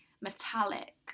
metallic